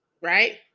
right